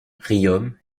riom